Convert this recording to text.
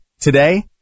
Today